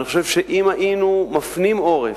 אני חושב שאם היינו מפנים עורף,